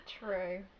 True